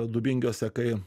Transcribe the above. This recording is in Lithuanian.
dubingiuose kai